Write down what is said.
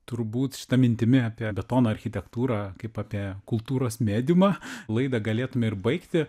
turbūt šita mintimi apie betono architektūrą kaip apie kultūros mediumą laidą galėtume ir baigti